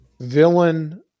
villain